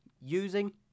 using